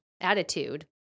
attitude